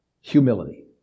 Humility